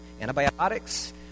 antibiotics